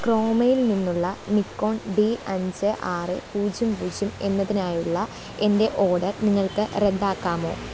ക്രോമയിൽ നിന്നുള്ള Nikon D അഞ്ച് ആറ് പൂജ്യം പൂജ്യം എന്നതിനായുള്ള എൻ്റെ ഓർഡർ നിങ്ങൾക്ക് റദ്ദാക്കാമോ